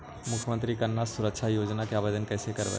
मुख्यमंत्री कन्या सुरक्षा योजना के आवेदन कैसे करबइ?